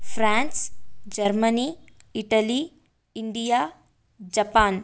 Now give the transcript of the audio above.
France Germany Italy India Japan